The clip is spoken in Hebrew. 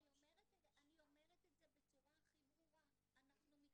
אני רק רציתי לדבר על ה-137 נערים שהם בתהליכי בירור והתאמה למקום.